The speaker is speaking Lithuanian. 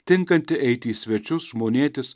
tinkanti eiti į svečius žmonėtis